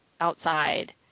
outside